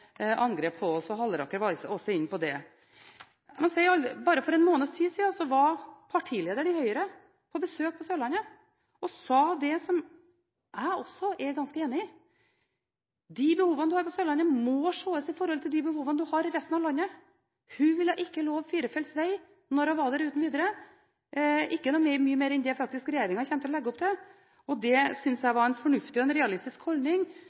angrep på oss, og Halleraker var også inne på det. Bare for en måneds tid siden var partilederen i Høyre på besøk på Sørlandet og sa det som jeg også er ganske enig i: De behovene man har på Sørlandet, må ses i forhold til de behovene man har i resten av landet. Hun ville ikke uten videre love firefeltsveg da hun var der, ikke noe mer enn det regjeringen faktisk kommer til å legge opp til. Det synes jeg var en fornuftig og realistisk holdning,